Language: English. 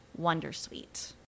Wondersuite